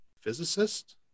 physicist